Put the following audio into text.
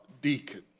deacon